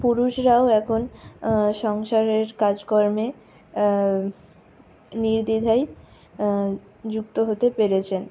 পুরুষরাও এখন সংসারের কাজকর্মে নির্দ্ধিদায় যুক্ত হতে পেরেছেন